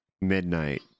midnight